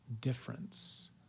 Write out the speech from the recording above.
difference